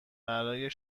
برای